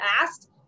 asked